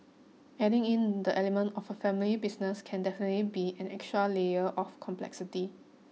adding in the element of a family business can definitely be an extra layer of complexity